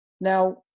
Now